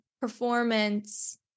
performance